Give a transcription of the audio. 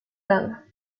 den